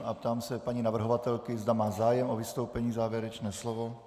A ptám se paní navrhovatelky, zda má zájem o vystoupení, závěrečné slovo.